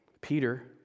Peter